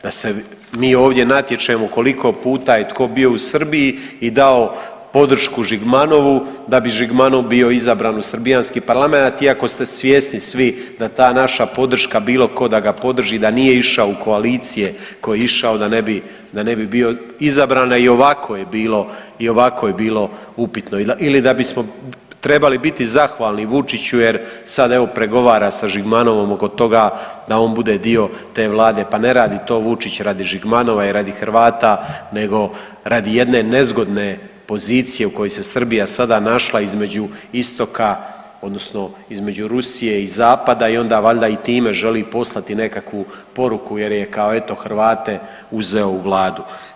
Da se mi ovdje natječemo koliko puta je tko bio u Srbiji i dao podršku Žigmanovu da bi Žigmanov bio izabran u srbijanski parlamenat iako je ste svjesni svi da ta naša podrška, bilo tko da ga podrži, nije išao u koalicije koji je išao da ne bi, da ne bi bio izabran, a i ovako je bilo upitno ili da bismo trebali biti zahvalni Vučiću jer sad evo pregovara sa Žigmanovom oko toga da on bude dio te Vlade, pa ne radi to Vučić radi Žigmanova i radi Hrvata nego radi jedne nezgodne pozicije u kojoj se Srbija sada našla između istoka odnosno između Rusije i zapada i onda valjda i time želi poslati nekakvu poruku jer je kao eto, Hrvate uzeo u vladu.